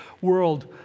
world